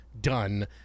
done